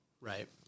Right